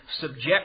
subject